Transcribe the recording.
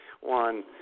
one